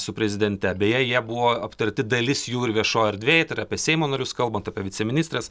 su prezidente beje jie buvo aptarti dalis jų ir viešoj erdvėj tai yra apie seimo narius kalbant apie viceministres